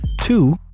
Two